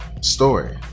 story